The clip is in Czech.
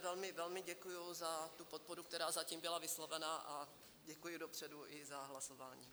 Velmi, velmi děkuji za podporu, která zatím byla vyslovena, a děkuji dopředu i za hlasování.